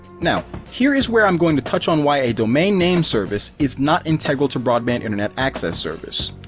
now, here is where i'm going to touch on why a domain name service is not integral to broadband internet access service.